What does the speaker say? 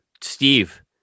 Steve